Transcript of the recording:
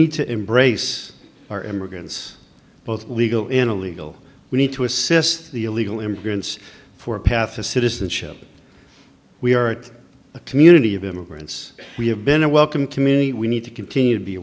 need to embrace our immigrants both legal in a legal we need to assist the illegal immigrants for a path to citizenship we are it's a community of immigrants we have been a welcome community we need to continue to be